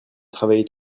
travailler